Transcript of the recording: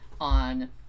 on